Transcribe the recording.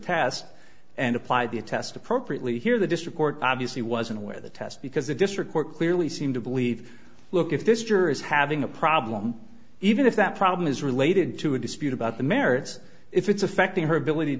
test and apply the test appropriately here the district court obviously wasn't aware the test because the district court clearly seem to believe look if this juror is having a problem even if that problem is related to a dispute about the merits if it's affecting her ability